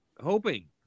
hoping